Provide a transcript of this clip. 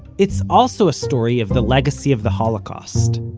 it's also a story of the legacy of the holocaust.